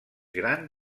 gran